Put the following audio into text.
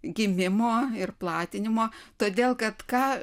gimimo ir platinimo todėl kad ką